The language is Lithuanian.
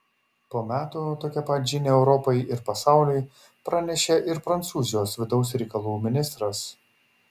po metų tokią pat žinią europai ir pasauliui pranešė ir prancūzijos vidaus reikalų ministras